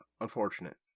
Unfortunate